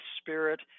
spirit